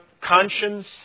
conscience